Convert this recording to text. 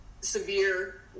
severe